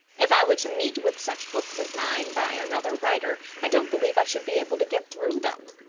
if i were to meet with such books as mine by another writer, i don't believe i should be able to get through them.